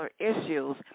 issues